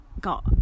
got